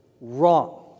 wrong